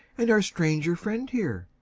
and our stranger friend here?